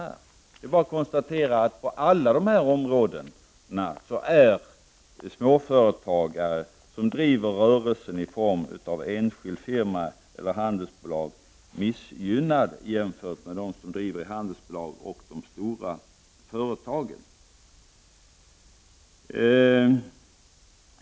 Det är bara att konstatera att småföretagare som driver rörelsen i form av enskild firma eller handelsbolag är missgynnade på alla dessa områden jämfört med dem som driver de stora företagen.